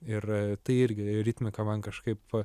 ir tai irgi ritmika man kažkaip